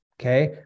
Okay